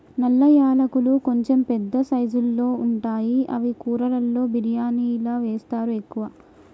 నల్ల యాలకులు కొంచెం పెద్ద సైజుల్లో ఉంటాయి అవి కూరలలో బిర్యానిలా వేస్తరు ఎక్కువ